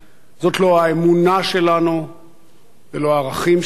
זאת לא האמונה שלנו ולא הערכים שלנו.